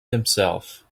himself